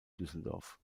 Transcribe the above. düsseldorf